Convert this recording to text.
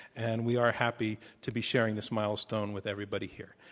and we are happy to be sharing this milestone with everybody here.